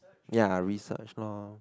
ya research lor